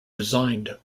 resigned